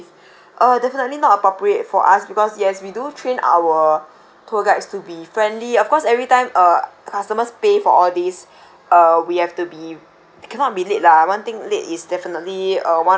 uh definitely not appropriate for us because yes we do train our tour guides to be friendly of course every time uh customers pay for all these uh we have to be cannot be late lah one thing late is definitely uh one of